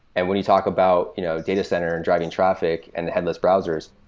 and when you talk about you know datacenter, and driving traffic, and the headless browsers,